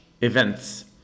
events